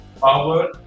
power